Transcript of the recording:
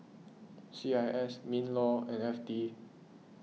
C I S MinLaw and F T